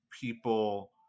people